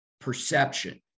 perception